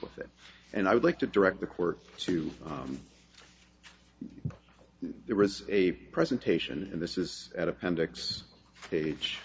with it and i would like to direct the court to there was a presentation and this is at appendix phage